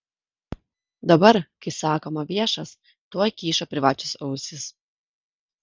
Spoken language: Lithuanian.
dabar kai sakoma viešas tuoj kyšo privačios ausys